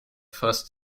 first